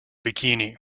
bikini